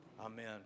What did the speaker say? Amen